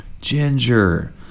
Ginger